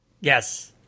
Yes